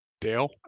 dale